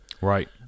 Right